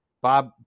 Bob